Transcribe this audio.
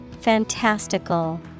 Fantastical